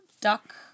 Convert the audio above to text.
duck